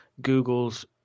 Google's